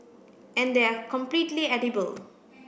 and they are completely edible